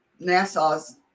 NASA's